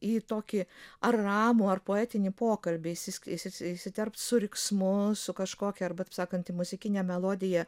į tokį ar ramų ar poetinį pokalbį įsis įsi įsiterpt su riksmu su kažkokia arba taip sakant į muzikinę melodiją